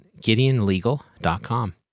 gideonlegal.com